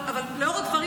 אבל לאור הדברים,